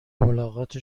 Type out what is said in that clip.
ملاقات